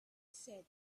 said